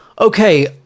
Okay